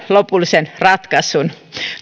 lopulliseen ratkaisuun